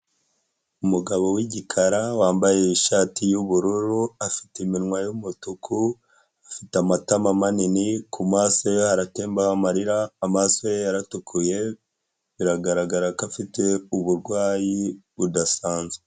Umugabo w'igikara wambaye ishati y'ubururu, afite iminwa y'umutuku, afite amatama manini ku maso ye haratembaho amarira, amaso ye yaratukuye biragaragara ko afite uburwayi budasanzwe.